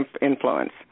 influence